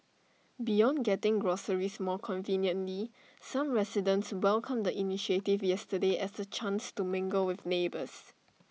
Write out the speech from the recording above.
beyond getting groceries more conveniently some residents welcomed the initiative yesterday as A chance to mingle with neighbours